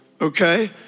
okay